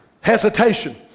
hesitation